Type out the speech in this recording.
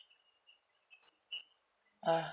uh